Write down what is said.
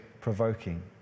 provoking